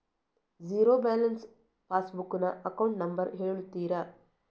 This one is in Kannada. ಝೀರೋ ಬ್ಯಾಲೆನ್ಸ್ ಪಾಸ್ ಬುಕ್ ನ ಅಕೌಂಟ್ ನಂಬರ್ ಹೇಳುತ್ತೀರಾ?